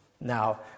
Now